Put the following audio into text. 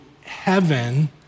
heaven